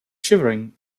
shivering